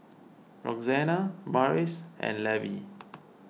Roxana Morris and Levie